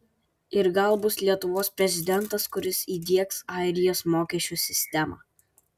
ir gal bus lietuvos prezidentas kuris įdiegs airijos mokesčių sistemą